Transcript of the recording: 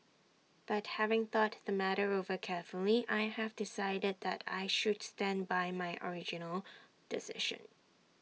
but having thought the matter over carefully I have decided that I should stand by my original decision